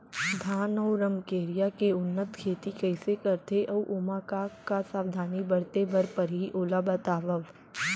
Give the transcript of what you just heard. धान अऊ रमकेरिया के उन्नत खेती कइसे करथे अऊ ओमा का का सावधानी बरते बर परहि ओला बतावव?